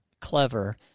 clever